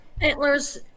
Antlers